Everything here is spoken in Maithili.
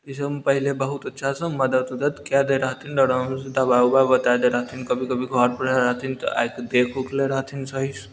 ई सबमे पहिले बहुत अच्छासँ मदति उदति कए दै रहथिन आरामसँ दवा उबा बता दै रहथिन कभी कभी घरपर आयल रहथिन तऽ आबिकऽ देख उख लै रहथिन सहीसँ